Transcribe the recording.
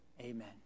amen